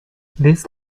this